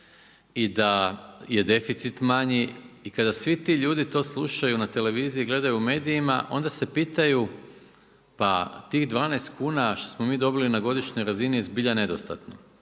i da je deficit manji i kada svi ti ljudi to slušaju na televiziji, gledaju u medijima, onda se pitaju, pa tih 12 kuna što smo mi dobili na godišnjoj razini je zbilja nedostatno